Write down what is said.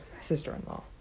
sister-in-law